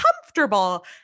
comfortable